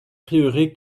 prieuré